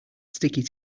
sticky